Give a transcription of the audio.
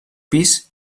pis